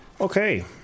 Okay